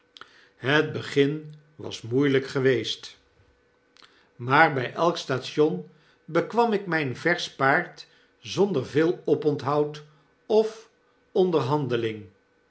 het begin was moeieljjk geweest maar bg elk station bekwam ik mijn versch paard zonder veel oponthoud of onderhandeling